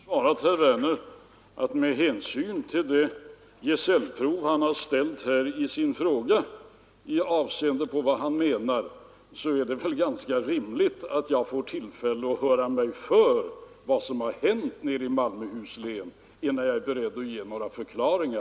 Herr talman! Jag har redan svarat herr Werner att det med hänsyn till det gesällprov han åstadkommit med sin fråga — jag tänker då på hur den är formulerad — är rimligt att jag får tillfälle att höra efter vad som har hänt i Malmöhus län innan jag ger herr Werner några förklaringar.